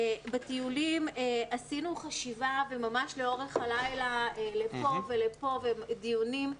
בטיולים עשינו חשיבה ממש לאורך הלילה לפה ולפה ודיונים.